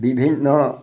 বিভিন্ন